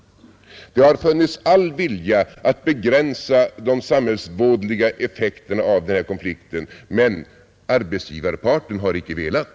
Det har funnits all vilja att begränsa de samhällsvådliga effekterna av den här konflikten, men arbetsgivarparten har icke velat.